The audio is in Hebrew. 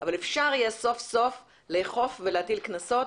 אבל אפשר יהיה סוף-סוף לאכוף ולהטיל קנסות.